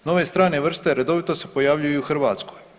Nove strane vrste redovito se pojavljuju i u Hrvatskoj.